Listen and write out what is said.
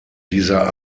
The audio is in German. dieser